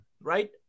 right